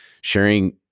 sharing